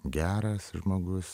geras žmogus